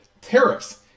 tariffs